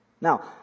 Now